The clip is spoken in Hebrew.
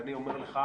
ואני אומר לך